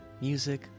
music